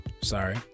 sorry